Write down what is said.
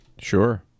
Sure